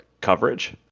coverage